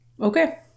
Okay